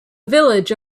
village